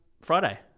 Friday